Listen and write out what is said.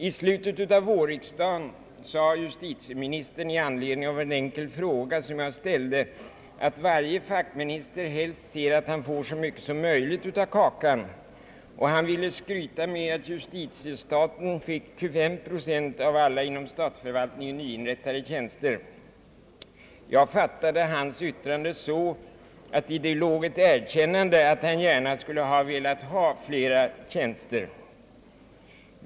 I slutet av vårriksdagen sade justitieministern i anledning av en enkel fråga som jag ställde, att varje fackminister helst ser att han får så mycket som möjligt av kakan, och han ville skryta med att justitiestaten då fick 25 procent av alla inom statsförvaltningen nyinrättade tjänster. Jag fattade hans yttrande som ett erkännande av att han gärna skulle velat ha flera tjänster.